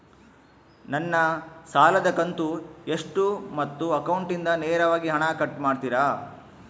ನನ್ನ ಸಾಲದ ಕಂತು ಎಷ್ಟು ಮತ್ತು ಅಕೌಂಟಿಂದ ನೇರವಾಗಿ ಹಣ ಕಟ್ ಮಾಡ್ತಿರಾ?